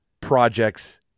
projects